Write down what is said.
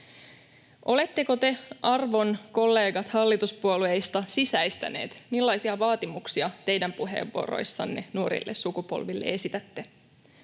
Oletteko te, arvon kollegat hallituspuolueista, sisäistäneet, millaisia vaatimuksia teidän puheenvuoroissanne nuorille sukupolville esitätte?